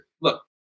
look